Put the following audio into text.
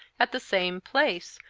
at the same place,